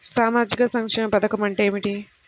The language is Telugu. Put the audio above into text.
సామాజిక సంక్షేమ పథకం అంటే ఏమిటి?